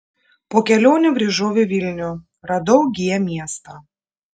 po kelionių grįžau į vilnių radau g miestą